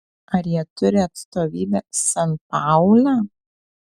ar jie turi atstovybę sanpaule